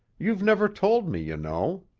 you've never told me, you know.